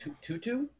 Tutu